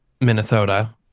Minnesota